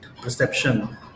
perception